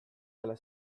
della